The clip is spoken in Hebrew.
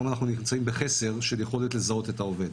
היום אנחנו נמצאים בחסר של יכולת לזהות את העובד.